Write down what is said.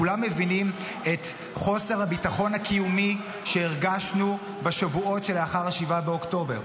כולם מבינים את חוסר הביטחון הקיומי שהרגשנו בשבועות שלאחר 7 באוקטובר,